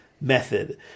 method